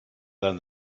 than